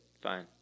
fine